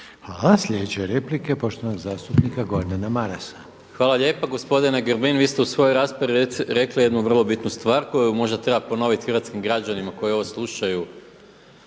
Hvala. Sljedeća je replika poštovanog zastupnika Gordana Marasa. **Maras, Gordan (SDP)** Hvala lijepa. Gospodine Grbin vi ste u svojoj raspravi rekli jednu vrlo bitnu stvar koju možda treba ponoviti hrvatskim građanima koji ovo slušaju